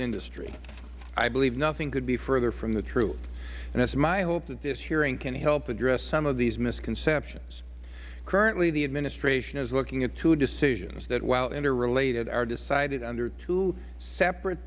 industry i believe nothing could be further from the truth it is my hope that this hearing can help address some of these misconceptions currently the administration is looking at two decisions that while interrelated are decided under two separate